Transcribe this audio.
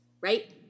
right